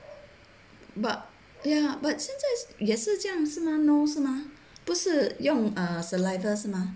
but ya but 现在也是这样子是吗不是用 saliva 是吗